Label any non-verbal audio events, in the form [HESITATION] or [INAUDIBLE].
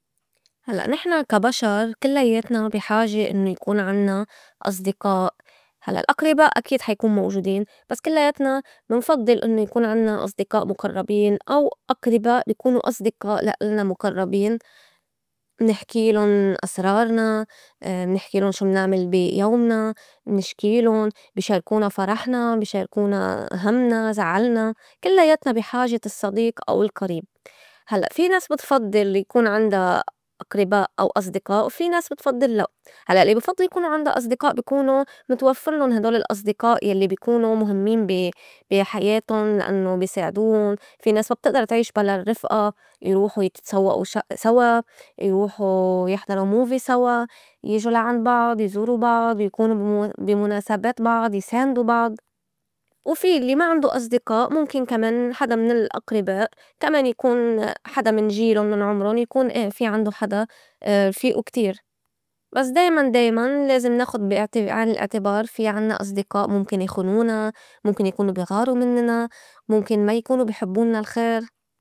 هلّأ نحن كا بشر كلّياتنا بي حاجة إنّو يكون عنّا أصدقاء هلّأ الأقرباء أكيد حا يكون موجودين بس كلّياتنا منفضّل إنّو يكون عنّا أصدقاء مُقرّبين أو أقرباء بي كونو أصدقاء لا إلنا مُقرّبين منحكيلُن أسرارنا، [HESITATION] منحكيلُن شو منعمل بي يومنا، منشكيلُن، بي شاركونا فرحنا، بي شاركونا همنا، زعلنا، كلّياتنا بي حاجة الصّديق أو القريب هلّأ في ناس بتفضّل يكون عندا أقرباء أو أصدقاء وفي ناس بتفضّل لأ هلّأ الّي بي فضّل يكونو عندا أصدقاء بكونو متوفّرلُن هيدول الأصدقاء يلّي بي كونو مُهميّن بي- بحياتُن لأنّو بي ساعدون، في ناس ما بتئدر تعيش بلا الرّفئة يروحو يتسوّئو ش [UNINTELLIGIBLE] سوا، يروحو يحضرو movie سوا، يجو لا عند بعض، يزورو بعض، يكونو بي- م- بي مُناسبات بعض، يساندو بعض، وفي الّي ما عندو أصدقاء مُمكن كمان حدا من الأقرباء كمان يكون حدا من جيلٌ من عمرُن يكون إيه في عندو حدا رفيئو كتير بس دايماً- دايماً لازم ناخُد بي- إعتب- بي عين الأعتبار في عنّا أصدقاء مُمكن يخونونا، مُمكن يكونو بي غارو منّنا، مُمكن ما يكونو بي حبّولنا الخير.